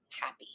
happy